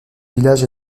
village